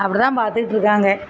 அப்படி தான் பார்த்துக்கிட்ருக்காங்க